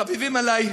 החביבים עלי,